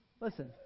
Listen